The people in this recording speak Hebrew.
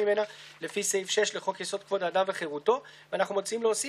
אנחנו מעבירים להן קודם כול,